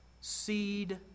Seed